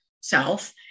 self